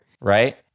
Right